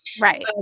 Right